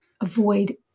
avoid